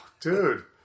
dude